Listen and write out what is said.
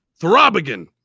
Throbigan